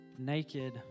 naked